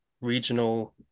regional